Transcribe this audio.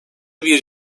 bir